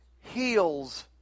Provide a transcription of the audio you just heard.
heals